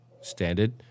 standard